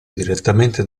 direttamente